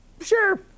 sure